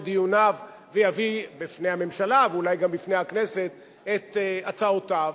דיוניו ויביא בפני הממשלה ואולי גם בפני הכנסת את הצעותיו.